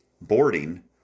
boarding